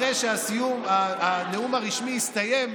אחרי שהנאום הרשמי הסתיים,